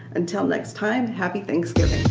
until next time, happy thanksgiving.